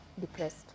depressed